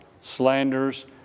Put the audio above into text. slanders